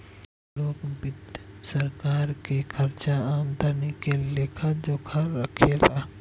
लोक वित्त सरकार के खर्चा आमदनी के लेखा जोखा राखे ला